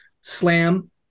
slam